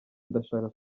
ndashaka